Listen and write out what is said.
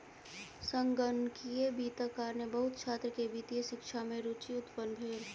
संगणकीय वित्तक कारणेँ बहुत छात्र के वित्तीय शिक्षा में रूचि उत्पन्न भेल